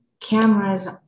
cameras